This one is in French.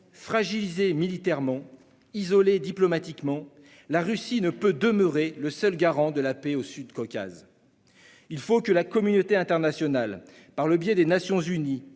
fragilisée militairement et isolée diplomatiquement, ne peut demeurer le seul garant de la paix dans le Sud-Caucase. Il faut que la communauté internationale, par le biais des Nations unies